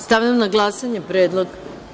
Stavljam na glasanje predlog.